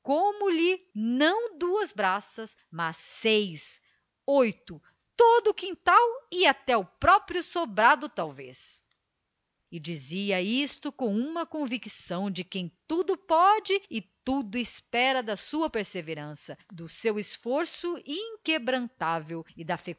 como lhe não duas braças mas seis oito todo o quintal e até o próprio sobrado talvez e dizia isto com uma convicção de quem tudo pode e tudo espera da sua perseverança do seu esforço inquebrantável